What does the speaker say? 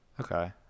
Okay